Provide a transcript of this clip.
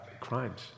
crimes